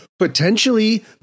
Potentially